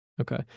Okay